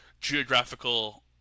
geographical